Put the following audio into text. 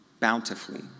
bountifully